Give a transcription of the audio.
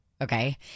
Okay